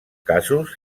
casos